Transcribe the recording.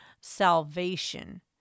salvation